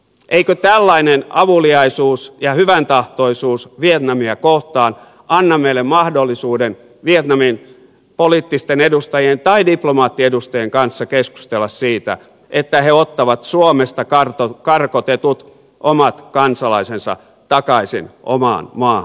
eikö tällainen avuliaisuus ja hyväntahtoisuus vietnamia kohtaan anna meille mahdollisuuden vietnamin poliittisten edustajien tai diplomaattiedustajien kanssa keskustella siitä että he ottavat suomesta karkotetut omat kansalaisensa takaisin omaan maahansa